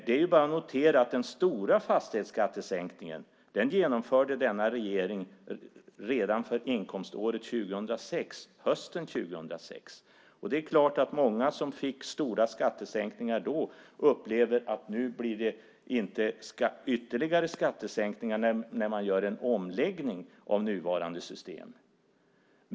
Det är bara att notera att den stora fastighetsskattesänkningen redan för inkomståret 2006 genomförde denna regering hösten 2006. Det är klart att många som fick stora skattesänkningar då upplever att det inte blir några ytterligare skattesänkningar när man gör en omläggning av nuvarande system.